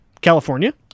California